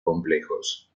complejos